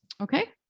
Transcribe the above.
Okay